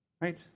Right